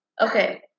okay